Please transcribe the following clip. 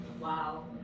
wow